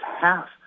half